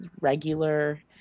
regular